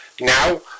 Now